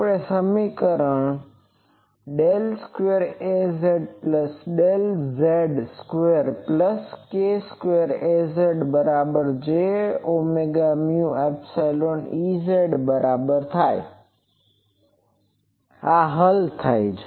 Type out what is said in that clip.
તો આપણે આ સમીકરણ 2Azz2k2AzjωμϵEz del square Az plus del z square plus k square Az બરાબર J omega mu epsilon Ez બરાબર હલ થાય